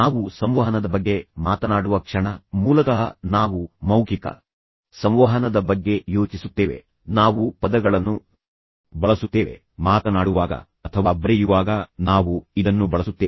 ನಾವು ಸಂವಹನದ ಬಗ್ಗೆ ಮಾತನಾಡುವ ಕ್ಷಣ ಮೂಲತಃ ನಾವು ಮೌಖಿಕ ಸಂವಹನದ ಬಗ್ಗೆ ಯೋಚಿಸುತ್ತೇವೆ ನಾವು ಪದಗಳನ್ನು ಬಳಸುತ್ತೇವೆ ಮಾತನಾಡುವಾಗ ಅಥವಾ ಬರೆಯುವಾಗ ನಾವು ಇದನ್ನು ಬಳಸುತ್ತೇವೆ